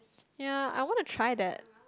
ya I want to try that